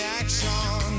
action